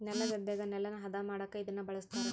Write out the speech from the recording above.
ನೆಲಗದ್ದೆಗ ನೆಲನ ಹದ ಮಾಡಕ ಇದನ್ನ ಬಳಸ್ತಾರ